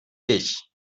dich